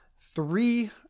three